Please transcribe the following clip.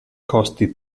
costi